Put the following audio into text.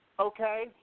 okay